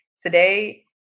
today